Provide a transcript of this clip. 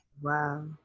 Wow